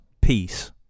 peace